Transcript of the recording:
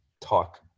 talk